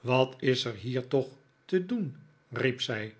wat is er hier toch te doen riep zij